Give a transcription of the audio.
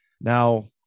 Now